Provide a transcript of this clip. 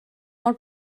mor